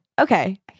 okay